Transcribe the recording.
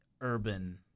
urban